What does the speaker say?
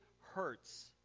hurts